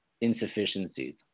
insufficiencies